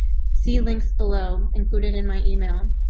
see links below included in my email.